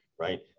right